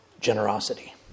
generosity